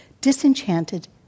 disenchanted